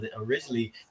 originally